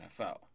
NFL